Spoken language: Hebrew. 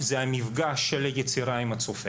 זה המפגש של היצירה עם הצופה.